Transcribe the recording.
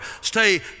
Stay